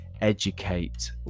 educate